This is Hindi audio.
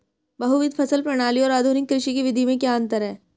बहुविध फसल प्रणाली और आधुनिक कृषि की विधि में क्या अंतर है?